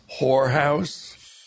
whorehouse